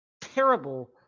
terrible